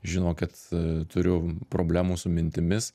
žinokit turiu problemų su mintimis